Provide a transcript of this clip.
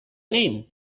name